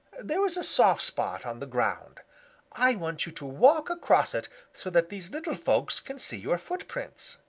there is a soft spot on the ground i want you to walk across it so that these little folks can see your footprints.